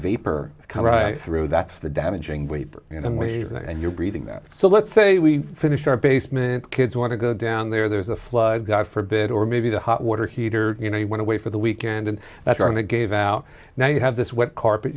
vapor come through that's the damaging weight and i'm waving and you're breathing that so let's say we finish our basement kids want to go down there there's a flood god forbid or maybe the hot water heater you know they went away for the weekend and that are they gave out now you have this what carpet